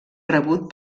rebut